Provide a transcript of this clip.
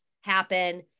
happen